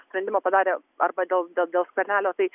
sprendimo padarę arba dėl dėl dėl skvernelio tai